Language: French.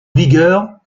vigueur